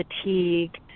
fatigue